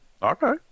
Okay